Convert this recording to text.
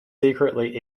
secretly